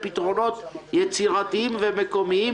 לפתרונות יצירתיים ומקומיים.